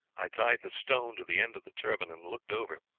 i tied the stone to the end of the turban, and looked over.